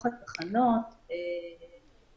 חלקם אלינו בכל הביצוע ובכל השימוש הנכון במשאב הזה של המצלמות.